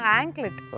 anklet